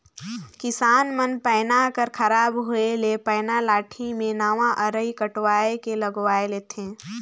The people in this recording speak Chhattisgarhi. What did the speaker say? किसान मन पैना कर खराब होए ले पैना लाठी मे नावा अरई कटवाए के लगवाए लेथे